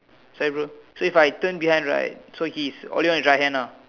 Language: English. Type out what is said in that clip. sorry bro so if I turn behind right so he's only on his right hand ah